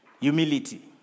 humility